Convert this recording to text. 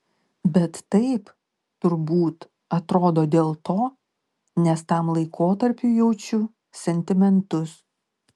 bet taip turbūt atrodo dėl to nes tam laikotarpiui jaučiu sentimentus